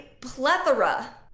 plethora